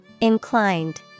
Inclined